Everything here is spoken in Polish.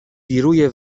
wiruje